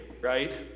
right